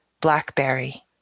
blackberry